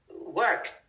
work